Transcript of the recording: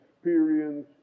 experience